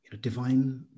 divine